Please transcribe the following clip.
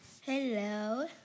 Hello